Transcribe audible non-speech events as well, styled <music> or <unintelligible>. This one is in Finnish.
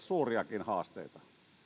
<unintelligible> suuriakin haasteita